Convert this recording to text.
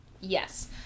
Yes